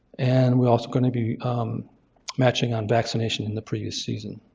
and we're also going to be matching on vaccination in the previous season.